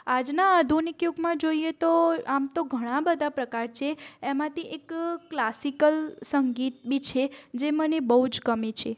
આજના આધુનિક યુગમાં જોઈએ તો આમ તો ઘણા બધા પ્રકાર છે એમાંથી એક ક્લાસીકલ સંગીત બી છે જે મને બહુ જ ગમે છે